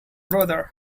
brother